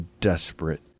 desperate